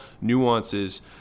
nuances